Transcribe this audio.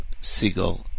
Siegel